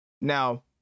now